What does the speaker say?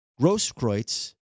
Grosskreutz